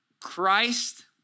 Christ